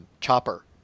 chopper